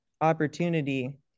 opportunity